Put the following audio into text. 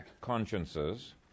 consciences